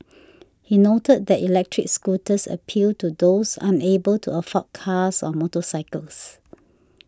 he noted that electric scooters appealed to those unable to afford cars or motorcycles